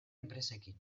enpresekin